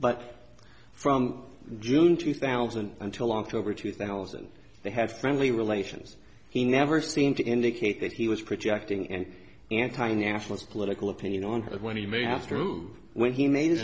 but from june two thousand until october two thousand they have friendly relations he never seemed to indicate that he was projecting and anti nationalist political opinion on when he may have term when he made